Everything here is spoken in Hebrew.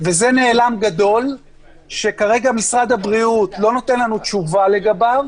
שזה נעלם גדול שכרגע משרד הבריאות לא נותן לנו תשובה לגביו.